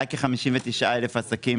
היו כ-59,000 עסקים